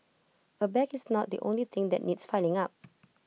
A bag is not the only thing that needs filling up